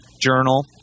Journal